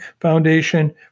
Foundation